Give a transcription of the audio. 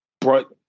brought